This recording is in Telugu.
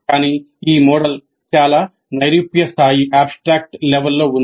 కానీ ఈ మోడల్ చాలా నైరూప్య స్థాయి లో ఉంది